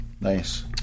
Nice